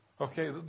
Okay